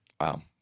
Wow